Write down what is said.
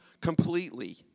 completely